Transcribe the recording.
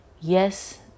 yes